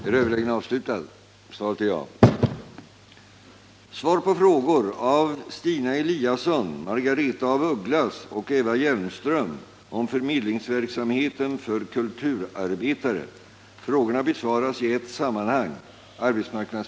Med hänvisning till den osäkerhet och den oro som uppstått bland artister och arrangörer efter ingripande från AMS angående arbetsförmedling på kulturarbetarområdet ber jag att till arbetsmarknadsministern få ställa följande fråga: Avser statsrådet att vidta åtgärder för att tillmötesgå musikers och andra kulturarbetares önskemål om och behov av en praktiskt fungerande förmedlingsverksamhet?